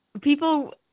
people